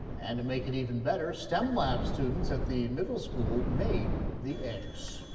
and make it even better stem love students at the middle school made the ads.